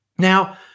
Now